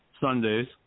Sundays